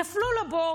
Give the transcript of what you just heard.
נפלו לבור,